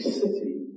city